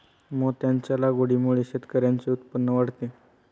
मोत्यांच्या लागवडीमुळे शेतकऱ्यांचे उत्पन्न वाढते